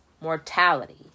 mortality